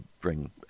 bring